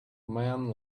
man